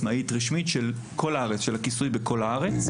פעולות להפיק בעצמם כלים לבדוק את הכיסוי ולפקח על החברות,